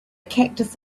cactus